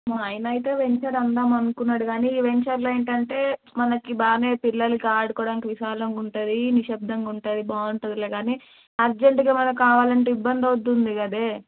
మా ఆయన అయితే వెంచర్ అందాం అనుకున్నాడు కానీ ఈ వెంచర్లో ఏంటంటే మనకి బాగానే పిల్లలకి ఆడుకోవడానికి విశాలంగా ఉంటుంది నిశ్శబ్దంగా ఉంటుంది బాగుంటుందిలే కానీ అర్జెంటుగా ఏమన్నా కావాలంటే ఇబ్బంది అవుతుంది కదే